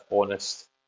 honest